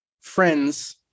friends